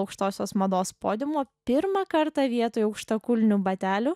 aukštosios mados podiumo pirmą kartą vietoj aukštakulnių batelių